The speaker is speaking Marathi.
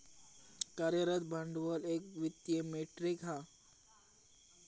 कार्यरत भांडवल एक वित्तीय मेट्रीक हा